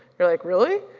they're like, really?